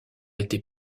été